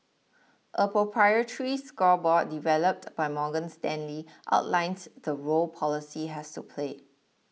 a proprietary scorecard developed by Morgan Stanley outlines the role policy has to play